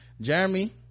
Jeremy